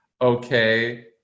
okay